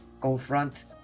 confront